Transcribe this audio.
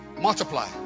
Multiply